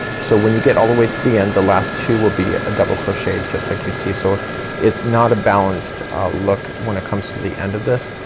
so when you get all the way to the end the last two will be a double crochet just like you see. so it's not a balanced look when it comes to the end of this,